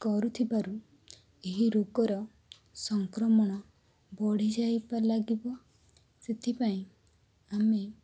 କରୁଥିବାରୁ ଏହି ରୋଗର ସଂକ୍ରମଣ ବଢ଼ିଯାଇ ଲାଗିବ ସେଥିପାଇଁ ଆମେ